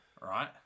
Right